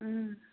ꯎꯝ